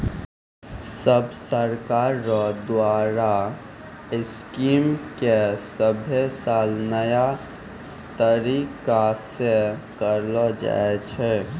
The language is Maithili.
सब सरकार रो द्वारा स्कीम के सभे साल नया तरीकासे करलो जाए छै